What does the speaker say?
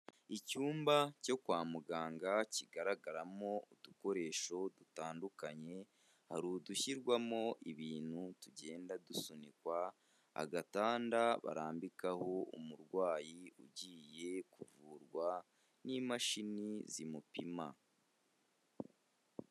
Icyumba cyo kwa muganga kigaragaramo udukoresho dutandukanye hari udushyirwamo ibintu tugenda dusunikwa agatanda barambikaho umurwayi ugiye kuvurwa n'imashini zimupima.